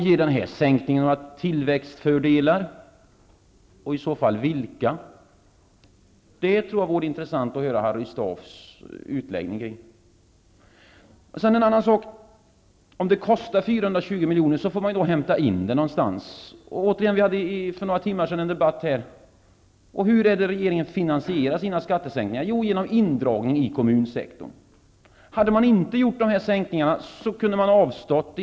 Ger den här sänkningen några tillväxtfördelar och i så fall vilka? Det skulle vara intressant att höra Harry Staafs utläggning kring detta. Om det kostar 420 miljoner får man hämta in det någonstans. Vi hade en debatt för några timmar sedan. Hur finansierar regeringen sina skattesänkningar? Jo, genom indragning i kommunsektorn. Hade man inte genomfört de här sänkningarna kunde man ha avstått från sådant.